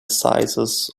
sizes